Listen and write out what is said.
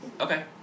Okay